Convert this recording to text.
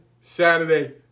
Saturday